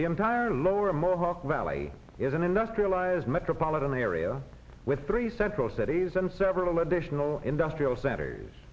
the entire lower mohawk valley is an industrialized metropolitan area with three central cities and several additional industrial centers